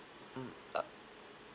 mm uh